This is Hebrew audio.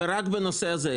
ורק בנושא הזה.